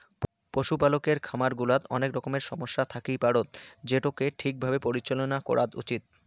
পশুপালকের খামার গুলাত অনেক রকমের সমস্যা থাকি পারত যেটোকে ঠিক ভাবে পরিচালনা করাত উচিত